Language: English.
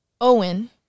owen